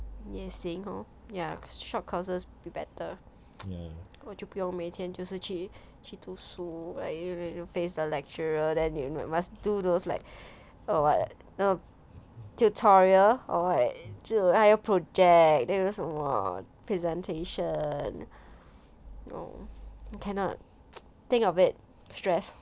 也行 hor ya short courses will be better 我就不用每天就是去去读书 like you know face the lecturer then you must do those like oh what oh tutorial or what 就还有 project then 有什么 presentation no cannot think of it stress